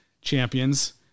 champions